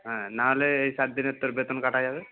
হ্যাঁ না হলে এই সাত দিনের তোর বেতন কাটা যাবে